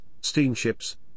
steamships